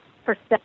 percent